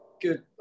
good